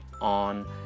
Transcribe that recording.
on